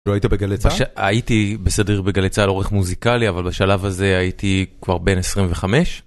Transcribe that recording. כאילו היית בגלי צה''ל? הייתי בסדר בגלי צה''ל, עורך מוזיקלי, אבל בשלב הזה הייתי כבר בן 25.